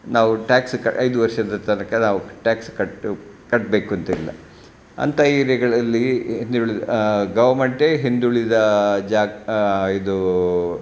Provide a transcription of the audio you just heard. ನಾವು ಟ್ಯಾಕ್ಸ್ ಕ ಐದು ವರ್ಷದ ತನಕ ನಾವು ಟ್ಯಾಕ್ಸ್ ಕಟ್ಬೇಕು ಕಟ್ಬೇಕಂತಿಲ್ಲ ಅಂಥ ಏರಿಯಾಗಳಲ್ಲಿ ಹಿಂದುಳಿದ ಗೌರ್ಮೆಂಟೇ ಹಿಂದುಳಿದ ಜಾಗ ಇದು